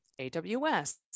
AWS